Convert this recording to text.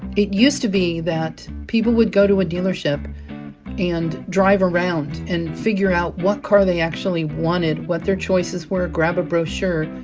it used to be that people would go to a dealership and drive around and figure out what car they actually wanted, what their choices were, grab a brochure,